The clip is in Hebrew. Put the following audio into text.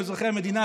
אזרחי המדינה.